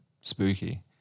spooky